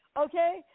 Okay